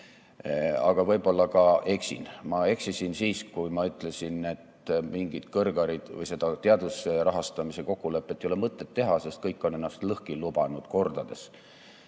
Aga võib-olla ma ka eksin. Ma eksisin siis, kui ütlesin, et mingit teaduse rahastamise kokkulepet ei ole mõtet teha, sest kõik on ennast lõhki lubanud, kordades.